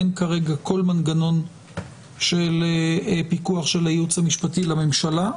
אין כרגע כל מנגנון של פיקוח של הייעוץ המשפטי לממשלה,